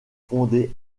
fondée